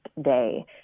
day